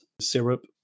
syrup